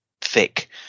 thick